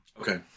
Okay